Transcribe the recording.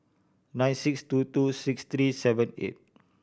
nine six two two six three seven eight